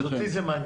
אותי זה מעניין.